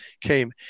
came